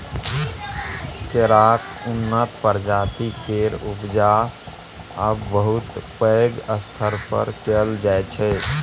केराक उन्नत प्रजाति केर उपजा आब बहुत पैघ स्तर पर कएल जाइ छै